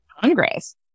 Congress